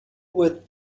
with